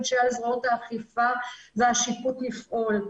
שזורעות האכיפה והשיפוט יכולות לפעול.